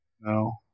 No